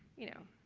you know,